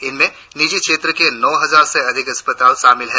इनमें निजी क्षेत्र के नौ हजार से अधिक अस्पताल शामिल हैं